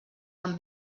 amb